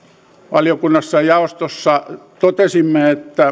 valiokunnassa jaostossa totesimme